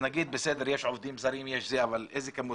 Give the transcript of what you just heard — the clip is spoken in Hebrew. נגיד, בסדר, יש עובדים זרים וכולי, אבל איזו כמות?